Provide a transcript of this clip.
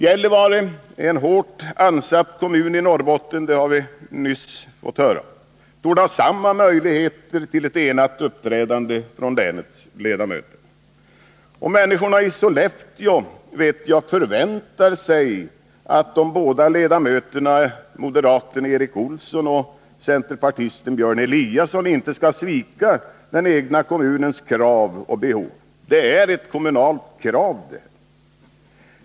Gällivare — en hårt ansatt kommun i Norrbotten, som vi nyss fått höra — torde ha samma möjligheter till ett enat uppträdande från länets ledamöter. Människorna i Sollefteå förväntar sig, vet jag, att de båda ledamöterna Erik Olsson, moderata samlingspartiet, och Björn Eliasson, centerpartiet, inte skall svika den egna kommunens krav och behov — det är ett kommunalt krav.